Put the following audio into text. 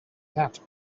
that